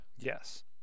Yes